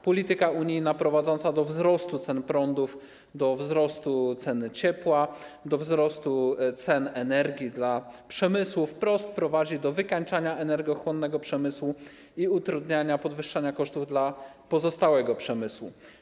Polityka unijna prowadząca do wzrostu cen prądu, do wzrostu ceny ciepła, do wzrostu cen energii dla przemysłu wprost prowadzi do wykańczania energochłonnego przemysłu i utrudniania, podwyższania kosztów dla pozostałych gałęzi przemysłu.